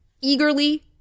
eagerly